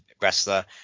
wrestler